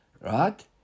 Right